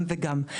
גם וגם.